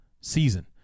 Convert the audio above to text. season